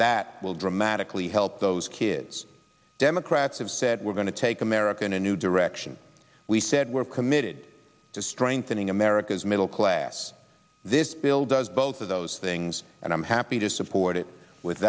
that will dramatically help those kids democrats have said we're going to take america in a new direction we said we're committed to strengthening america's middle class this bill does both of those things and i'm happy to support it with